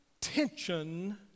Tension